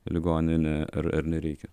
ligoninę ar ar nereikia